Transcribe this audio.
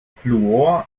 fluor